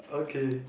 okay